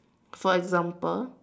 for example